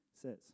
says